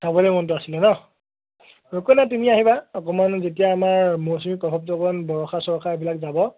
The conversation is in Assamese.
চাবলে মনটো আছিলে ন একো নাই তুমি আহিবা অকণমান যেতিয়া আমাৰ মৌচুমীৰ প্ৰভাৱটো অকমাণ বৰষা চৰষা এইবিলাক যাব